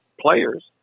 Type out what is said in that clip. players